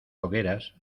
hogueras